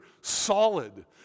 solid